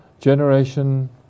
generation